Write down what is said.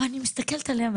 אבל אני מסתכלת עליהם,